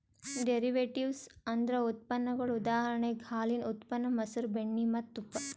derivatives ಅಂದ್ರ ಉತ್ಪನ್ನಗೊಳ್ ಉದಾಹರಣೆಗ್ ಹಾಲಿನ್ ಉತ್ಪನ್ನ ಮಸರ್, ಬೆಣ್ಣಿ ಮತ್ತ್ ತುಪ್ಪ